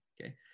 okay